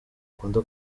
akunda